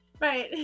right